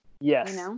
Yes